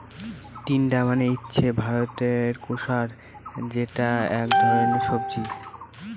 তিনডা মানে হচ্ছে ভারতীয় স্কোয়াশ যেটা এক ধরনের সবজি